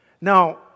Now